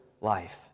life